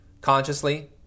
consciously